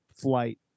flight